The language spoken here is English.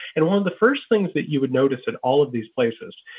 and one of the first things that you would notice that all of these places,